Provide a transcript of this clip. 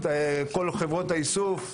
כל חברות האיסוף,